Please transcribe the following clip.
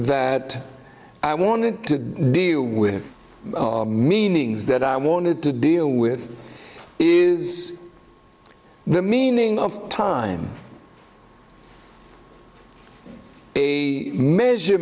that i wanted to do with meanings that i wanted to deal with is the meaning of time a measure